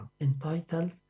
entitled